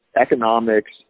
economics